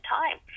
time